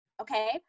okay